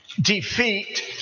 defeat